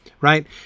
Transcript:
right